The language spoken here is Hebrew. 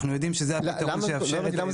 אנחנו יודעים שזה הפתרון שיאפשר את --- למה